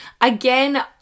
Again